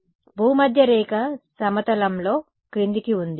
కాబట్టి భూమధ్యరేఖ సమతలంలో క్రిందికి ఉంది